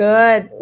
Good